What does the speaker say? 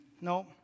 No